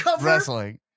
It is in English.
wrestling